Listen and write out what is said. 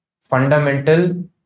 fundamental